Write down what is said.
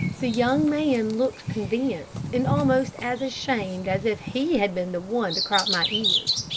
the young man looked convinced, and almost as ashamed as if he had been the one to crop my ears.